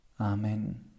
Amen